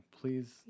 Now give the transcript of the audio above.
please